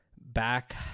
back